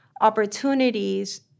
opportunities